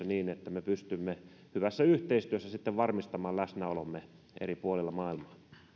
niin että me pystymme hyvässä yhteistyössä varmistamaan läsnäolomme eri puolilla maailmaa